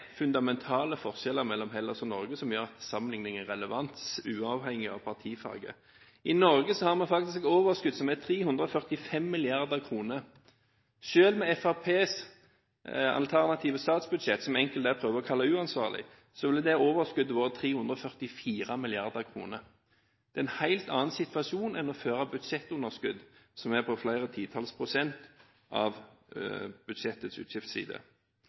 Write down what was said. fundamentale forskjeller mellom Hellas og Norge som gjør at sammenligning er relevant uavhengig av partifarge. I Norge har man faktisk et overskudd som er 345 mrd. kr. Selv med Fremskrittspartiets alternative statsbudsjett, som enkelte her prøver å kalle uansvarlig, ville dette overskuddet vært på 344 mrd. kr. Det er en helt annen situasjon enn å føre et budsjettunderskudd som er på flere titalls prosent av budsjettets